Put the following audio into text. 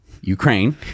Ukraine